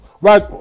right